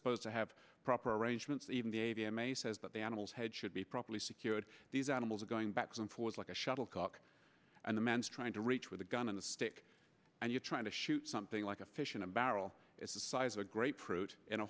supposed to have proper arrangements even the a v m a says that the animal's head should be properly secured these animals are going back and forth like a shuttlecock and the man's trying to reach with a gun and a stick and you're trying to shoot something like a fish in a barrel the size of a grapefruit in a